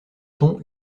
ton